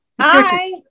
Hi